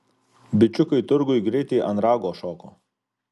bičiukai turguj greitai ant rago šoko